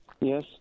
Yes